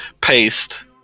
paste